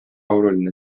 oluline